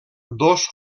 dos